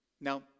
Now